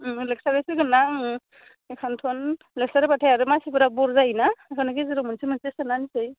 उम लेक्सारार फैगोनना उम बेखाइनोथ' लेक्सार होबाथाइ आरो मानसिफोरा बर जायोना ओंखाइनो गेजेराव मोनसे मोनसे सोना होनसै